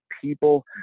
people